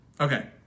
okay